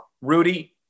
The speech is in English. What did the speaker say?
Rudy